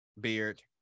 beard